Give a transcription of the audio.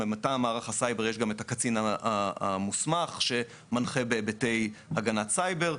מטעם מערך הסייבר יש גם את הקצין המוסמך שמנחה בהיבטי הגנת סייבר,